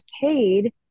paid